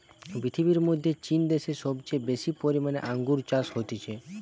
পৃথিবীর মধ্যে চীন দ্যাশে সবচেয়ে বেশি পরিমানে আঙ্গুর চাষ হতিছে